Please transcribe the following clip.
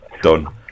done